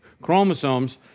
chromosomes